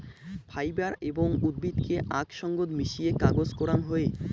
fibre এবং উদ্ভিদকে আক সঙ্গত মিশিয়ে কাগজ করাং হই